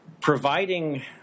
providing